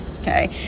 Okay